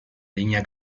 línea